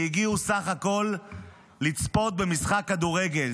שהגיעו בסך הכול לצפות במשחק כדורגל.